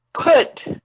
put